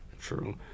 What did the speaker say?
True